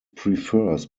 prefers